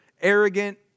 arrogant